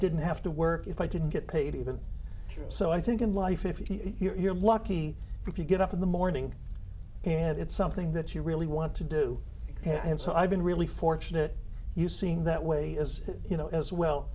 didn't have to work if i didn't get paid even so i think in life if you're lucky if you get up in the morning and it's something that you really want to do you have so i've been really fortunate you seem that way as you know as well